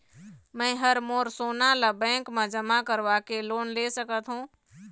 मैं हर मोर सोना ला बैंक म जमा करवाके लोन ले सकत हो?